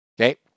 Okay